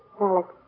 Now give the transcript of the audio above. Alex